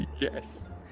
yes